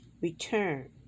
return